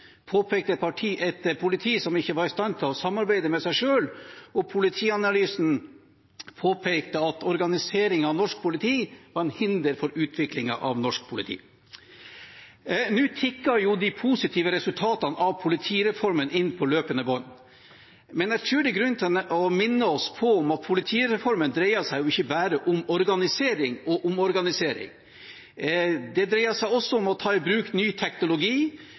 påpekte at vi har et politi som ikke var i stand til å samarbeide med seg selv, og Politianalysen påpekte at organiseringen av norsk politi var et hinder for utviklingen av norsk politi. Nå tikker de positive resultatene av politireformen inn på løpende bånd. Men jeg tror det er grunn til å minne oss om at politireformen ikke bare dreier seg om organisering og omorganisering. Den dreier seg også om å ta i bruk ny teknologi,